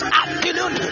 afternoon